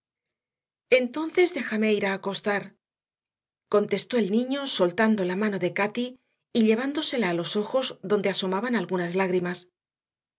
entonces déjame ir a acostar contestó el niño soltando la mano de cati y llevándosela a los ojos donde asomaban algunas lágrimas